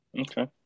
Okay